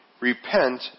Repent